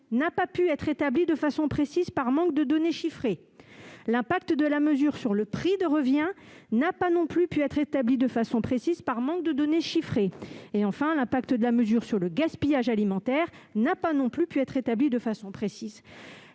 la date de production du rapport par manque de données chiffrées ».« L'impact de la mesure sur le prix de revient des repas n'a pas non plus pu être établi de façon précise [...] par manque de données chiffrées. »« L'impact de la mesure sur le gaspillage alimentaire n'a pas non plus pu être établi de façon précise.